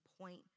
point